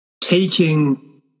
taking